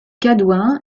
cadouin